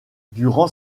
durant